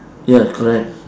ya correct